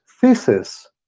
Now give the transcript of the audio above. thesis